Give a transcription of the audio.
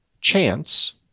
Chance